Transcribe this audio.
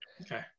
okay